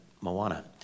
Moana